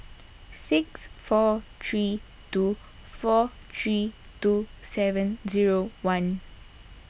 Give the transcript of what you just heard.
six four three two four three two seven zero one